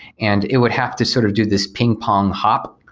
and it would have to sort of do this ping-pong hop,